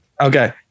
Okay